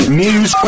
news